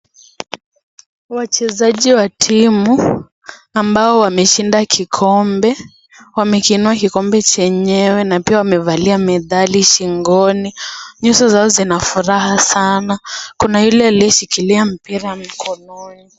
Wachezaji wa timu ambao wameshinda kikombe wamekiinua kikombe chenyewe na pia wamevalia medali shingoni, nyuso zao zina furaha sana kuna yule aliyeshikilia mpira mikononi.